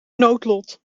noodlot